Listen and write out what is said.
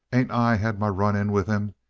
ain't i had my run-in with him?